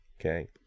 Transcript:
Okay